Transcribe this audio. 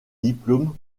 diplômes